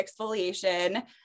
exfoliation